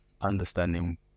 understanding